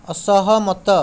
ଅସହମତ